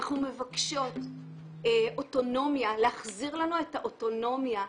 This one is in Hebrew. אנחנו מבקשות להחזיר לנו את האוטונומיה.